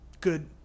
Good